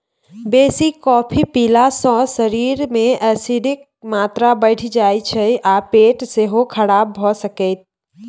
बेसी कॉफी पीला सँ शरीर मे एसिडक मात्रा बढ़ि जाइ छै आ पेट सेहो खराब भ सकैए